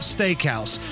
Steakhouse